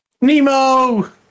Nemo